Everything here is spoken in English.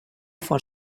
for